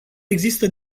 există